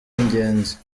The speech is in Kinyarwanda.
ingenzi